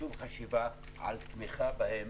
לשום חשיבה על תמיכה בהם,